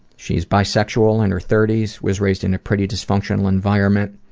she is bisexual in her thirty s was raised in a pretty dysfunctional environment